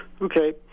Okay